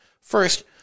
First